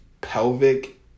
pelvic